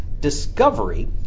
discovery